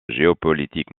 géopolitique